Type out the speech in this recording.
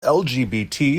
lgbt